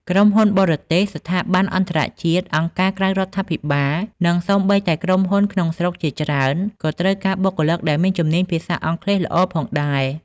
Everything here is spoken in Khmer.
ក្រុមហ៊ុនបរទេស ស្ថាប័នអន្តរជាតិ អង្គការក្រៅរដ្ឋាភិបាល និងសូម្បីតែក្រុមហ៊ុនក្នុងស្រុកជាច្រើនក៏ត្រូវការបុគ្គលិកដែលមានជំនាញភាសាអង់គ្លេសល្អផងដែរ។